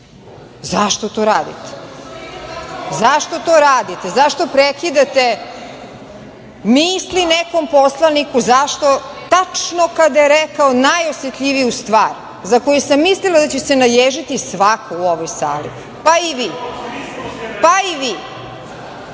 Zašto to radite? Zašto to radite? Zašto prekidate misli nekom poslaniku? Zašto tačno kada je rekao najosetljiviju stvar za koju sam mislila da će se naježiti svako u ovoj sali, pa i vi, pa i vi? Vi